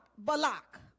balak